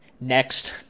Next